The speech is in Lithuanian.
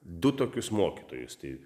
du tokius mokytojus tai